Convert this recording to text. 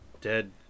Dead